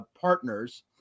partners